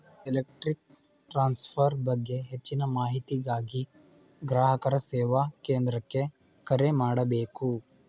electric transfer ಬಗ್ಗೆ ಹೆಚ್ಚಿನ ಮಾಹಿತಿಗಾಗಿ ಗ್ರಾಹಕರ ಸೇವಾ ಕೇಂದ್ರಕ್ಕೆ ಕರೆ ಮಾಡಬೇಕು